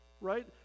Right